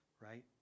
right